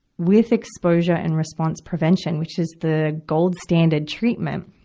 with exposure and response prevention, which is the gold standard treatment,